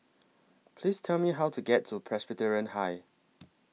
Please Tell Me How to get to Presbyterian High